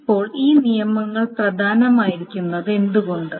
ഇപ്പോൾ ഈ നിയമങ്ങൾ പ്രധാനമായിരിക്കുന്നത് എന്തുകൊണ്ട്